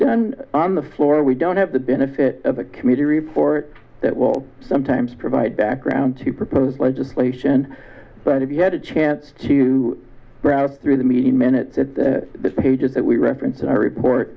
done on the floor we don't have the benefit of a commuter report that will sometimes provide background to propose legislation but if you had a chance to browse through the meeting minutes the pages that we referenced in our report